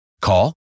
Call